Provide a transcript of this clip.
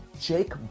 jake